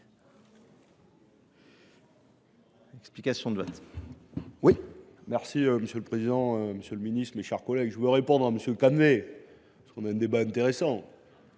explication de vote.